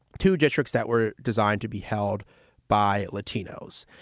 to districts that were designed to be held by latinos.